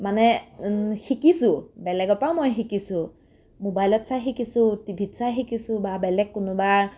মানে শিকিছোঁ বেলেগৰ পৰাও মই শিকিছোঁ ম'বাইলত চাই শিকিছোঁ টিভিত চাই শিকিছোঁ বা বেলেগ কোনোবা